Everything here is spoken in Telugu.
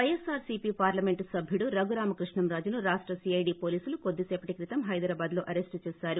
వైఎస్సార్ సీపీ పార్ణమెంటు సభ్యుడు రఘు రామకృష్ణంరాజును రాష్ణ సీఐడీ పోలీసులు కొద్గిసపటి క్రితం హైదరాబాద్ లో అరెస్టు చేశారు